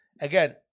Again